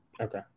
Okay